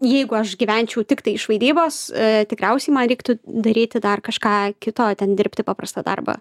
jeigu aš gyvenčiau tiktai iš vaidybos tikriausiai man reiktų daryti dar kažką kito ten dirbti paprastą darbą